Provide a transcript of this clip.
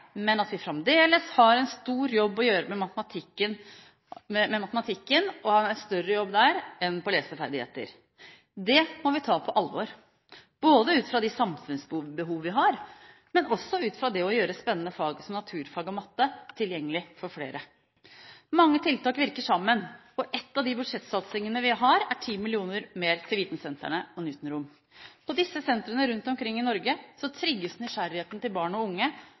men at vi fremdeles har en større jobb å gjøre med matematikken enn vi har med leseferdighetene. Det må vi ta på alvor ut fra de samfunnsbehov vi har, men også ut fra det å gjøre spennende fag som naturfag og matte, tilgjengelig for flere. Mange tiltak virker sammen. En av de budsjettsatsingene vi har, er 10 mill. kr mer til vitensentrene og Newton-rom. På disse sentrene rundt omkring i Norge trigges nysgjerrigheten til barn og unge